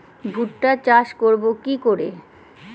ভুট্টা চাষ করব কি করে?